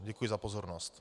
Děkuji za pozornost.